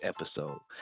episode